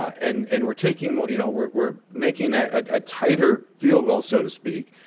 and and we're taking more you know we're we're making that a tighter field goal, so to speak.